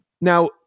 now